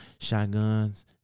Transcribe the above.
shotguns